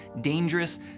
dangerous